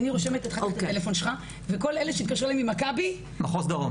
כל אלה שהתקשרו אליי ממחוז דרום